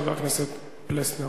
חבר הכנסת פלסנר.